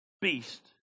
beast